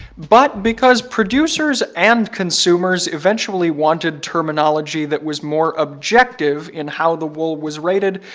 but because producers and consumers eventually wanted terminology that was more objective in how the wool was rated,